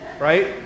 right